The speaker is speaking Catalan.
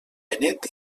benet